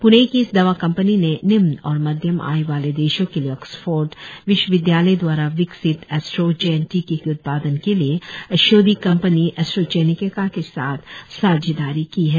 प्णे की इस दवा कंपनी ने निम्न और मध्यम आय वाले देशों के लिए ऑकसफर्ड विशवविदयालय दवारा विकसित एसट्राजेन टीके के उत्पादन के लिए औषधि कंपनी एसट्राजेनेका के साथ साझेदारी की है